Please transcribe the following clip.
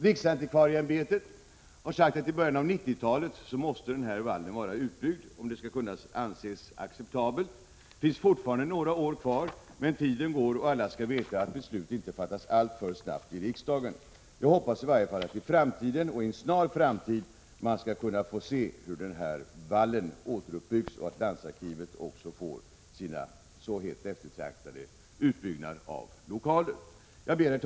Riksantikvarieämbetet har sagt att vallen måste vara utbyggd till i början av 1990-talet för att det skall kunna anses vara acceptabelt. Det är fortfarande några år kvar till dess, men tiden går, och alla skall veta att beslut inte fattas alltför snabbt i riksdagen. Jag hoppas i varje fall att man inom en snar framtid skall kunna få se vallen återuppbyggd och att landsarkivet därmed skall få sina så hett eftertraktade lokaler. Herr talman!